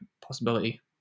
possibility